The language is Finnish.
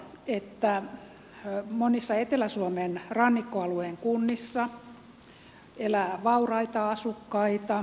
on totta että monissa etelä suomen rannikkoalueen kunnissa elää vauraita asukkaita